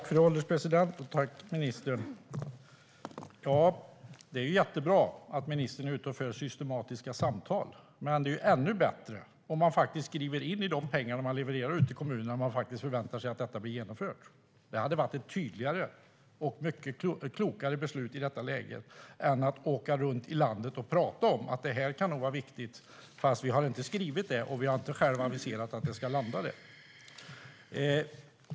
Fru ålderspresident! Det är jättebra att ministern är ute och för systematiska samtal, men det är ännu bättre om man faktiskt skriver in i villkoren för pengarna man levererar till kommunerna att man förväntar sig att detta blir genomfört. Det hade varit tydligare och ett klokare beslut i detta läge än att åka runt i landet och säga: Det här kan nog vara viktigt, fast vi har inte skrivit det och vi har inte själva aviserat att det ska landa där.